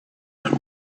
and